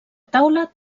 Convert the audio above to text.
taula